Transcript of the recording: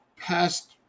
past